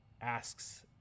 asks